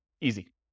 Easy